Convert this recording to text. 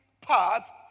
path